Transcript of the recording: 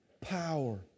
Power